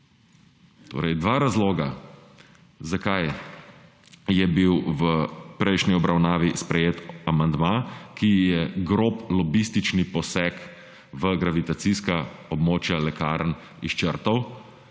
vrata. Dva razloga, zakaj je bil v prejšnji obravnavi sprejet amandma, ki je grob lobistični poseg v gravitacijska območja lekarn izčrtal.